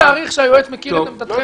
תרשו לי להעריך שהיועץ מכיר את עמדתכם